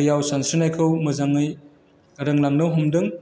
दैयाव सानस्रिनायखौ मोजाङै रोंलांनो हमदों